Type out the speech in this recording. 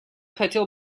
хотел